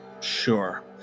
Sure